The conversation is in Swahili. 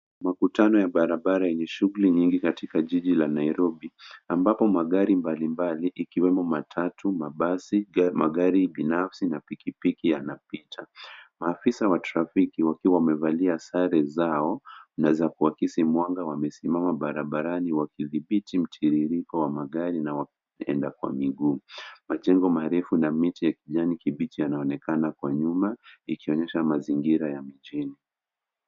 Makutano ya barabara yenye shughuli nyingi katika jiji la Nairobi ambapo magari mbalimbali ikiwemo matatu, mabasi, magari binafsi na pikipiki yanapita. Maafisa wa trafiki wakiwa wamevalia sare zao na za kuakisi mwanga wameimama barabarani wakithibiti mtiririko wa magari na wakienda kwa miguu. Majengo marefu na miti ya kijani kibichi yanaonekana kwa nyuma ikionyesha mazingira ya mjini.